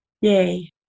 Yay